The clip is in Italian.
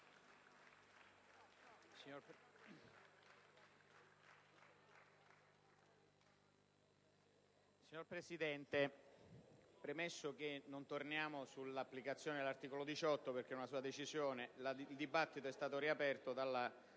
Signor Presidente, premesso che non torniamo sull'applicazione dell'articolo 118 del Regolamento perché è una sua decisione, il dibattito è stato riaperto dalla dichiarazione